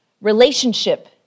Relationship